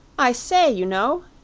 i say, you know,